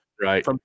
right